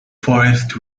forest